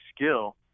skill